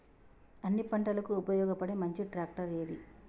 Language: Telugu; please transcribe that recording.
అన్ని పంటలకు ఉపయోగపడే మంచి ట్రాక్టర్ ఏది?